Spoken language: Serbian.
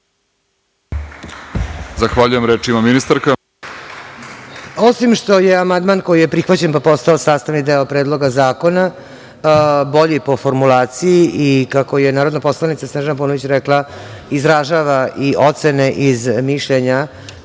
Zahvaljujem. Reč ima ministarka.